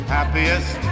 happiest